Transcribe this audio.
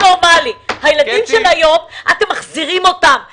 את הילדים של היום מחזירים כל פעם למחשב,